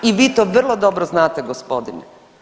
I vi to vrlo dobro znate gospodine.